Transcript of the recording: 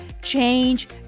change